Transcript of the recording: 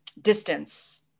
distance